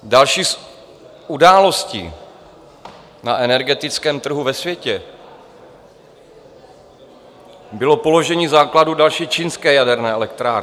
Další z událostí na energetickém trhu ve světě bylo položení základů další čínské jaderné elektrárny.